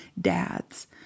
dads